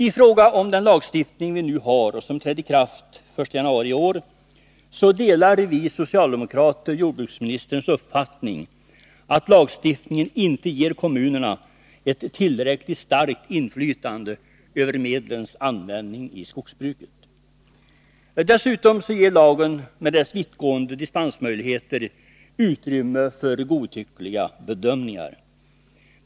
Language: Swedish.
I fråga om den lagstiftning vi nu har, som trädde i kraft den 1 januari i år, delar vi socialdemokrater jordbruksministerns uppfattning att lagstiftningen inte ger kommunerna ett tillräckligt starkt inflytande över medlens användning i skogsbruket. Dessutom ger lagen, med dess vittgående dispensmöjligheter, utrymme för godtyckliga bedömningar.